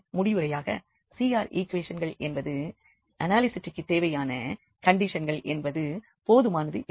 முடிவுரையாக CR ஈக்குவேஷன்கள் என்பது அனாலிசிட்டிக்கு தேவையான கண்டிஷன்கள் என்பது போதுமானது இல்லை